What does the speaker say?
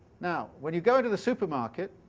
now, when you go to the supermarket,